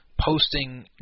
posting